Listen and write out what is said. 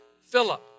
Philip